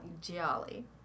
Jolly